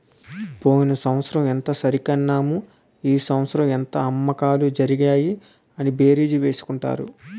పోయిన సంవత్సరం ఎంత సరికన్నాము ఈ సంవత్సరం ఎంత అమ్మకాలు జరిగాయి అని బేరీజు వేసుకుంటారు